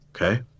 Okay